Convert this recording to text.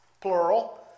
plural